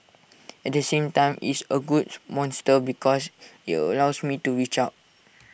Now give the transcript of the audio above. at the same time it's A good monster because IT allows me to reach out